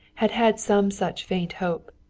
had had some such faint hope.